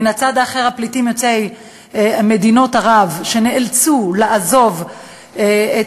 מצד אחר הפליטים יוצאי מדינות ערב שנאלצו לעזוב את